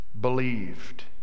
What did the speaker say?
believed